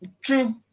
True